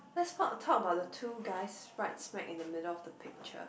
let's talk talk about the two guys right smack in the middle of the picture